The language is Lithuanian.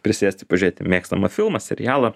prisėsti pažiūrėti mėgstamą filmą serialą